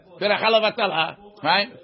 Right